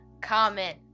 comment